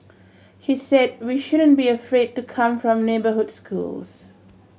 he said we shouldn't be afraid to come from neighbourhood schools